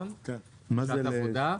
שעת עבודה.